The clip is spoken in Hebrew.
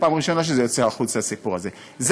פעם ראשונה שהסיפור הזה יוצא.